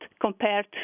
compared